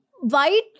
White